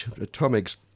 Atomics